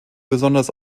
besonders